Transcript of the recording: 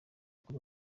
kuri